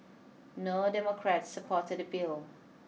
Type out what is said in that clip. no Democrats supported the bill